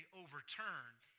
overturned